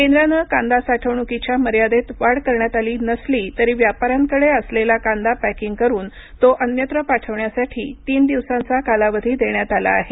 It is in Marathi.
केंद्रानं कांदा साठवणूकीच्या मर्यादेत वाढ करण्यात आली नसली तरी व्यापाऱ्यांकडे असलेला कांदा पॅकिंग करून तो अन्यत्र पाठविण्यासाठी तीन दिवसांचा कालावधी देण्यात आला आहे